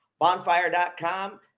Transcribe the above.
Bonfire.com